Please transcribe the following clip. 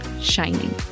shining